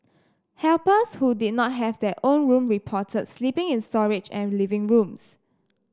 helpers who did not have their own room reported sleeping in storage and living rooms